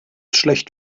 schlecht